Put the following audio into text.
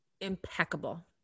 impeccable